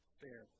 fair